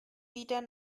wieder